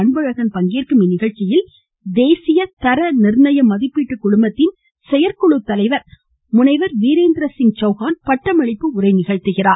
அன்பழகன் பங்கேற்கும் இந்நிகழ்ச்சியில் தேசிய தரநிர்ணய மதிப்பீட்டுக்குழும செயற்குழு தலைவர் முனைவர் வீரேந்திர சிங் சவுகான் பட்டமளிப்பு உரை நிகழ்த்துகிறார்